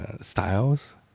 styles